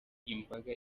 imbaga